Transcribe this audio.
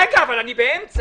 רגע, אבל אני באמצע.